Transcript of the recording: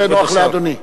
איך שנוח לאדוני.